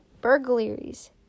burglaries